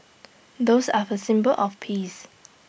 doves are the symbol of peace